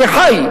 אני חי,